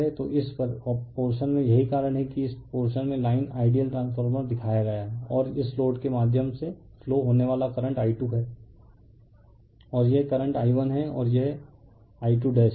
तो इस पोरशन में यही कारण है कि इस पोरशन में लाइन आइडियल ट्रांसफार्मर दिखाया गया है और इस लोड के माध्यम से फ्लो होने वाला करंट I2 है और यह करंट I1 है और यह I2 है